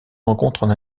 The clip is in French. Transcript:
rencontrent